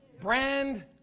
brand